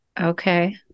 Okay